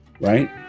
right